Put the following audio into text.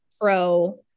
pro